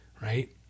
right